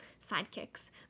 sidekicks